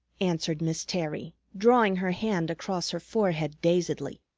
answered miss terry, drawing her hand across her forehead dazedly.